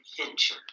adventure